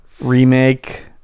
remake